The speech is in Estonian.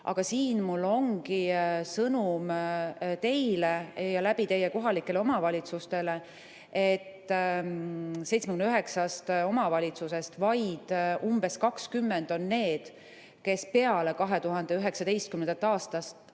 Aga siin mul ongi sõnum teile ja teie kaudu kohalikele omavalitsustele, et 79 omavalitsusest vaid umbes 20 on need, kes peale 2019. aastat